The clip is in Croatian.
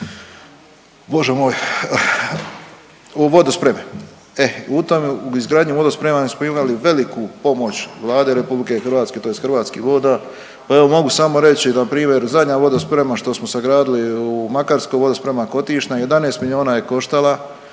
Bože moj, u vodospreme, e u tome u izgradnju vodosprema smo imali veliku pomoć Vlade RH tj. Hrvatskih voda, pa evo mogu samo reći npr. zadnja vodosprema što smo sagradili u Makarskoj vodosprema Kotišna 11 milijuna je koštala,